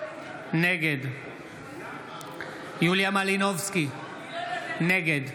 נגד יוליה מלינובסקי, נגד